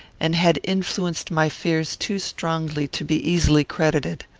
and had influenced my fears too strongly, to be easily credited.